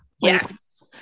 Yes